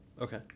Okay